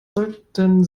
sollten